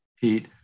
Pete